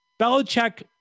Belichick